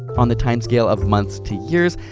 on the timescale of months to years,